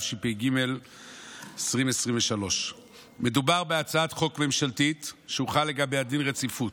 התשפ"ג 2023. מדובר בהצעת חוק ממשלתית שהוחל לגביה דין רציפות.